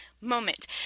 moment